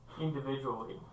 individually